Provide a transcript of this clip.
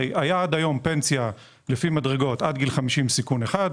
הרי עד היום הייתה פנסיה לפי מדרגות עד גיל 50 בסיכון אחד,